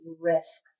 risk